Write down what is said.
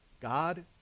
God